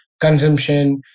consumption